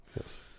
Yes